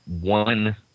one